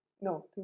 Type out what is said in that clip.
no